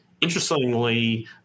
Interestingly